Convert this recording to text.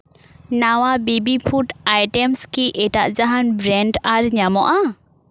ᱱᱟᱣᱟ baby foods item ᱠᱤ ᱮᱴᱟᱜ ᱡᱟᱦᱟᱱ ᱵᱨᱮᱱᱰ ᱟᱨ ᱧᱟᱢᱚᱜᱼᱟ